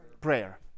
prayer